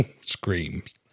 screams